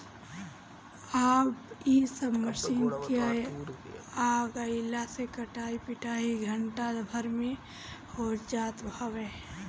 अब इ सब मशीन के आगइला से कटाई पिटाई घंटा भर में हो जात हवे